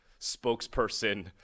spokesperson